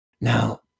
Now